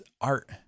art